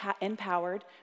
empowered